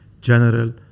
general